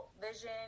vision